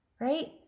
right